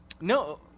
No